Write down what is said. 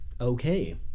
Okay